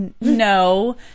No